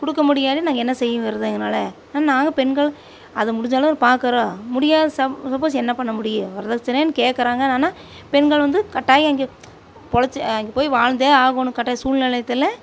கொடுக்க முடியாது நாங்கள் என்ன செய்ய வர்றது அதனால நாங்கள் பெண்கள் அது முடிஞ்சளவு பார்க்குறோம் முடியாது சப்போஸ் சப்போஸ் என்ன பண்ணமுடியும் வரதட்சனைன்னு கேட்குறாங்க ஆனால் பெண்கள் வந்து கட்டாயம் எங்கள் பொழச்சி அங்கே போய் வாழ்ந்தே ஆகணும் கட்டாய சூழ்நிலயத்துல